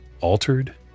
altered